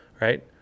right